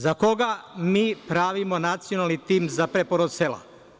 Za koga mi pravimo nacionalni tim za preporod sela?